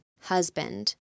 husband